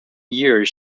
years